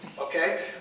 okay